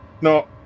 no